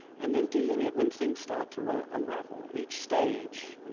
and then dealing it when things start to unravel. at each stage,